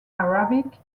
arabic